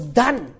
done